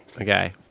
Okay